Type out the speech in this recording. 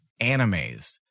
animes